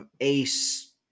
ace